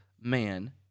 man